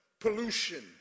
pollution